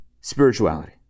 spirituality